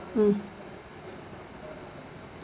mm